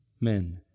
men